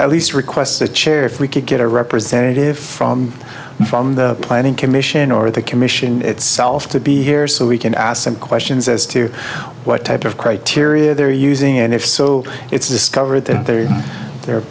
at least request the chair if we could get a representative from the from the planning commission or the commission itself to be here so we can ask some questions as to what type of criteria they're using and if so it's discovered that they're